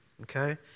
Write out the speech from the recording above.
Okay